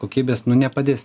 kokybės nu nepadės